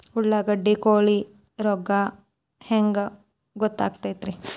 ಉಳ್ಳಾಗಡ್ಡಿ ಕೋಳಿ ರೋಗ ಹ್ಯಾಂಗ್ ಗೊತ್ತಕ್ಕೆತ್ರೇ?